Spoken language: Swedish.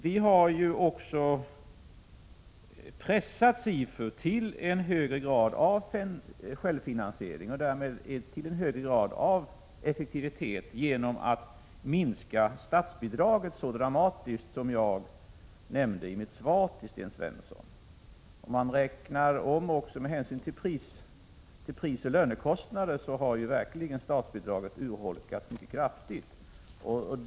Vi har ju också pressat SIFU till en högre grad av självfinansiering och därmed till en högre grad av effektivitet genom att minska statsbidraget så dramatiskt som jag nämnde i mitt svar till Sten Svensson. Om man räknar om statsbidraget också med hänsyn till prisoch lönekostnader så har det verkligen urholkats mycket kraftigt.